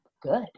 good